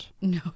no